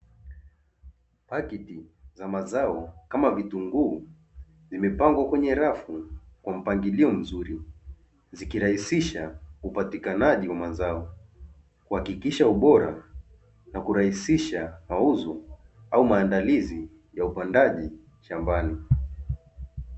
Pakiti za mazao kama vitunguu, vimepangwa kwenye rafu kwa mpangilio mzuri, zikirahisisha upatikanaji wa mazao, kuhakikisha ubora na kurahisisha mauzo au maandalizi ya upandaji shambani.